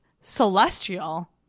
celestial